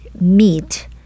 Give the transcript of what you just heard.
meat